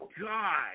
god